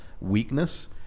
weakness